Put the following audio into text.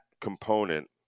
component